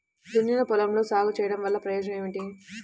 దున్నిన పొలంలో సాగు చేయడం వల్ల ప్రయోజనం ఏమిటి?